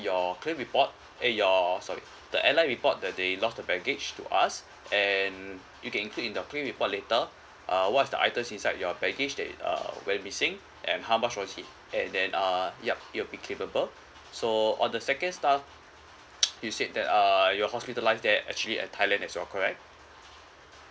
your claim report eh your sorry the airline report that they lost the baggage to us and you can include in your claim report later uh what's the items inside your baggage that uh went missing and how much was it and then uh yup it'll be claimable so on the second stuff you said that uh you're hospitalised there actually at thailand as well correct